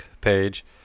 page